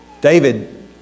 David